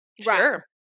Sure